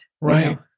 Right